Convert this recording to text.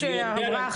יש תוספת, לא יודעת מה,